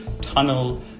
tunnel